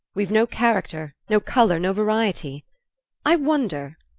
we've no character, no colour, no variety i wonder,